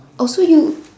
also you